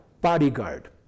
bodyguard